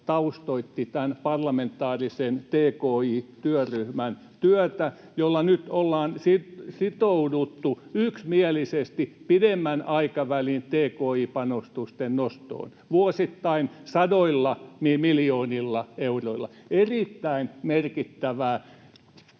taustoitti tämän parlamentaarisen tki-työryhmän työtä, jolla nyt ollaan sitouduttu yksimielisesti pidemmän aikavälin tki-panostusten nostoon vuosittain sadoilla miljoonilla euroilla. Erittäin merkittävä